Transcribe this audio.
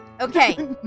Okay